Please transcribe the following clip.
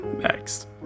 Next